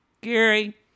Gary